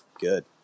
good